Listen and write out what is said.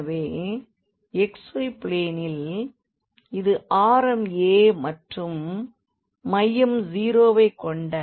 எனவே xy பிளேனில் இது ஆரம் a மற்றும் மையம் 0 வைக் கொண்ட ஒரு வட்டம் ஆகும்